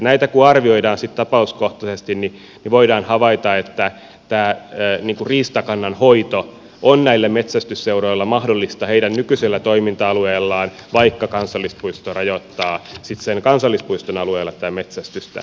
näitä kun arvioidaan sitten tapauskohtaisesti niin voidaan havaita että riistakannan hoito on näillä metsästysseuroilla mahdollista heidän nykyisellä toiminta alueellaan vaikka kansallispuisto rajoittaa sitten sen kansallispuiston alueella tätä metsästystä